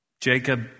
Jacob